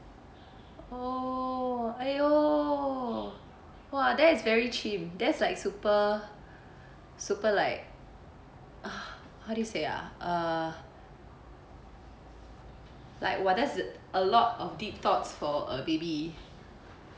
oh !aiyo! !wah! that is very chim that's like super super like !huh! how do you say ah uh like well that's a lot of deep thoughts for a baby